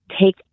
take